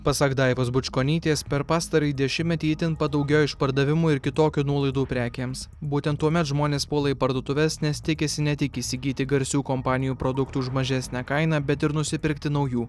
pasak daivos bučkonytės per pastarąjį dešimtmetį itin padaugėjo išpardavimų ir kitokių nuolaidų prekėms būtent tuomet žmonės puola į parduotuves nes tikisi ne tik įsigyti garsių kompanijų produktų už mažesnę kainą bet ir nusipirkti naujų